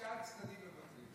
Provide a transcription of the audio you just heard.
שני הצדדים מוותרים.